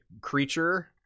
creature